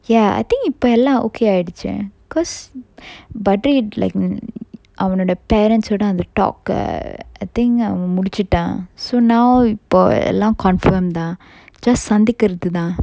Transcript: ya I think இப்ப எல்லாம்:ippa ellam okay ஆயிடுச்சு:aayiduchu cause bhadri like err அவனோட:avanoda parents ஓட அந்த:oda antha talk ah err I think அவன் முடிச்சிட்டான்:avan mudichittan so now இப்ப எல்லாம்:ippa ellam confirmed தான்:thaan just சந்திக்கிறது தான்:santhikkirathu than